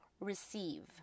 Receive